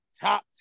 top